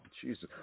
Jesus